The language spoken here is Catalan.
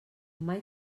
mai